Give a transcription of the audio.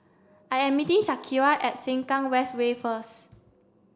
I am meeting Shakira at Sengkang West Way first